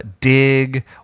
dig